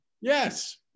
Yes